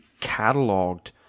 cataloged